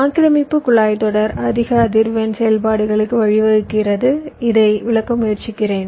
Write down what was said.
ஆக்கிரமிப்பு குழாய்த் தொடர் அதிக அதிர்வெண் செயல்பாடுகளுக்கு வழிவகுக்கிறது இதை விளக்க முயற்சிக்கிறேன்